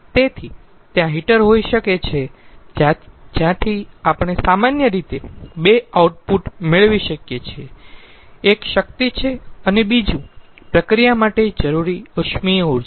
તેથી ત્યાં હીટર હોઈ શકે છે જ્યાંથી આપણે સામાન્ય રીતે બે આઉટપુટ મેળવી શકીયે છીએ એક શક્તિ છે અને બીજું પ્રક્રિયા માટે જરૂરી ઉષ્મીય ઊર્જા